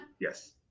Yes